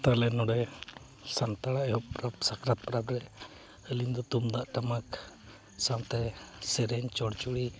ᱛᱟᱦᱚᱞᱮ ᱱᱚᱰᱮ ᱥᱟᱱᱛᱟᱲᱟᱜ ᱮᱦᱚᱵ ᱯᱟᱨᱟᱵᱽ ᱥᱟᱠᱨᱟᱛ ᱯᱟᱨᱟᱵᱽ ᱨᱮ ᱟᱹᱞᱤᱧ ᱫᱚ ᱛᱩᱢᱫᱟᱜ ᱴᱟᱢᱟᱠ ᱥᱟᱶᱛᱮ ᱥᱮᱨᱮᱧ ᱪᱚᱲᱪᱩᱲᱤ